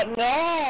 no